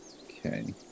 Okay